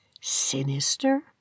Sinister